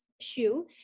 shoe